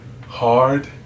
hard